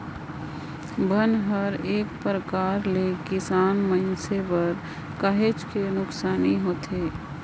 बन हर एक परकार ले किसान मइनसे बर काहेच के नुकसानी होथे